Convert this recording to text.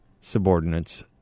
subordinates